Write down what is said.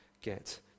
get